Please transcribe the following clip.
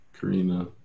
Karina